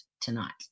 tonight